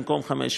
במקום 500,